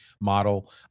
model